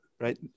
right